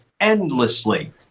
endlessly